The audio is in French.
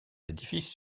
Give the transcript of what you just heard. édifices